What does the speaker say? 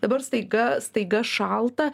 dabar staiga staiga šalta